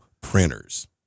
printers